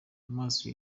amaso